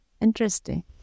Interesting